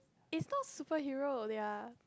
is not superhero they are